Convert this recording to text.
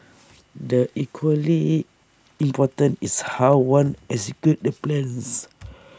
the equally important is how one executes the plans